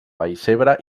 vallcebre